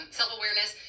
self-awareness